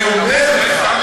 אני אומר לך,